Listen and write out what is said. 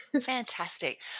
Fantastic